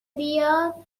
بیاد